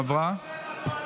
עברה.